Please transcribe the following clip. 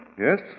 Yes